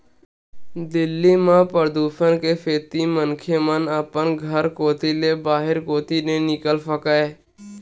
दिल्ली म परदूसन के सेती मनखे मन अपन घर कोती ले बाहिर कोती नइ निकल सकय